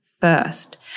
first